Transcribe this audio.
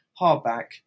Hardback